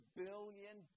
billion